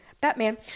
Batman